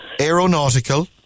Aeronautical